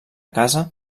casa